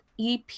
EP